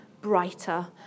brighter